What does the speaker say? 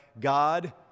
God